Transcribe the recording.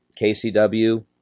KCW